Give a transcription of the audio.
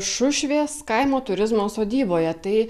šušvės kaimo turizmo sodyboje tai